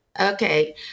Okay